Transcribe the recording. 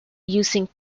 using